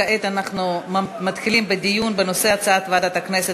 כעת אנחנו מתחילים בדיון בנושא: הצעת ועדת הכנסת